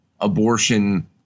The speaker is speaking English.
abortion